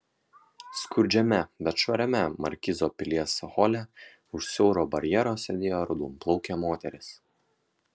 skurdžiame bet švariame markizo pilies hole už siauro barjero sėdėjo raudonplaukė moteris